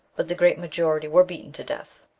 but the great majority were beaten to death.